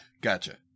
Gotcha